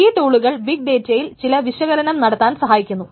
ഈ ടൂളുകൾ ബിഗ് ഡേറ്റയിൽ ചില വിശകലനം നടത്താൻ സഹായിക്കുന്നു